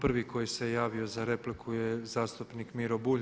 Prvi koji se javio za repliku je zastupnik Miro Bulj.